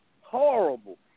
horrible